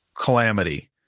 calamity